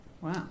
Wow